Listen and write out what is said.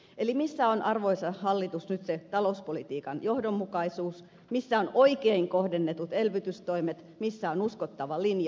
eli missä on arvoisa hallitus nyt se talouspolitiikan johdonmukaisuus missä ovat oikein kohdennetut elvytystoimet missä on uskottava linja